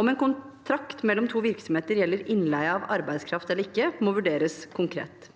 Om en kontrakt mellom to virksomheter gjelder innleie av arbeidskraft eller ikke, må vurderes konkret.